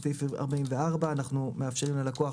סעיף 44 אנו מאפשרים ללקוח